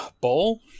Bowl